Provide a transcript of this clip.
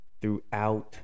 throughout